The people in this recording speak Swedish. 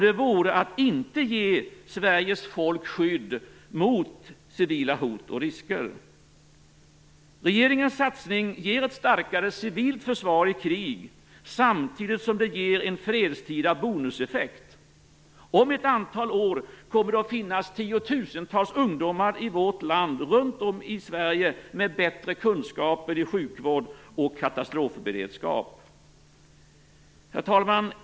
Det vore att inte ge Sveriges folk skydd mot civila hot och risker. Regeringens satsning ger ett starkare civilt försvar i krig, samtidigt som den ger en fredstida bonuseffekt. Om ett antal år kommer det att finnas tiotusentals ungdomar runt om i Sverige med bättre kunskaper i sjukvård och katastrofberedskap. Herr talman!